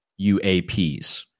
UAPs